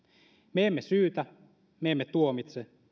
me emme syytä me emme tuomitse